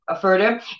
further